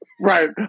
Right